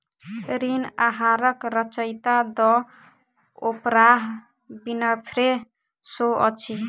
ऋण आहारक रचयिता द ओपराह विनफ्रे शो अछि